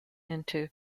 into